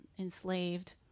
enslaved